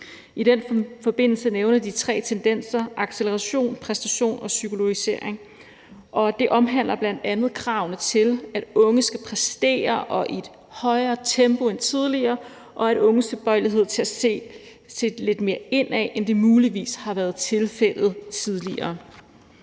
I den forbindelse nævnede de tre tendenser: acceleration, præstation og psykologisering. Det omhandler bl.a. kravene til, at unge skal præstere og det i et højere tempo end tidligere, og unges tilbøjelighed til at se lidt mere indad, end det muligvis har været tilfældet tidligere.